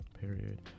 period